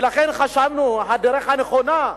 ולכן חשבנו, הדרך הנכונה,